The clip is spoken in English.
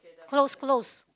close close